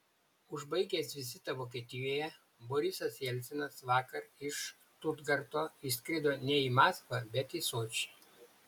užbaigęs vizitą vokietijoje borisas jelcinas vakar iš štutgarto išskrido ne į maskvą bet į sočį